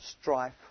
Strife